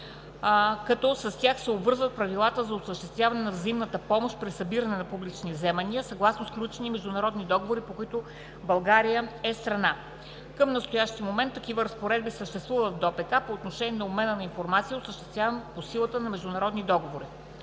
като с тях се обвързват правилата за осъществяване на взаимната помощ при събиране на публични вземания съгласно сключени международни договори, по които Република България е страна. Към настоящия момент такива разпоредби съществуват в ДОПК по отношение на обмена на информация, осъществяван по силата на международни договори.